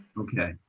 okay.